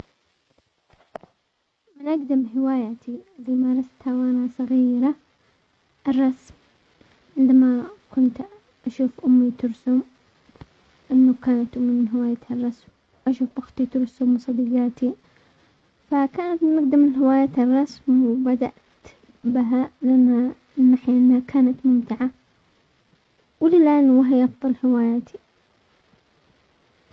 من اقدم هوايتي اللي مارستها وانا صغيرة الرسم، عندما كنت اشوف امي ترسم، انه كانت امي من هوايتها الرسم، اشوف اختي ترسم صديقاتي، فكانت من اقدم الهوايات الرسم وبدأت بها لانها كانت ممتعة ،وللان وهي افضل هواياتي.